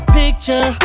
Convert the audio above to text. picture